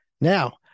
now